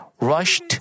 rushed